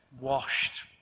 washed